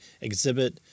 exhibit